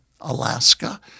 Alaska